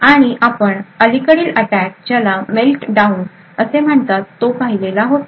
आणि आपण अलीकडील अटॅक ज्याला मेल्टडाउन असे म्हणतात तो पाहिलेला होता